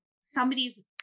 somebody's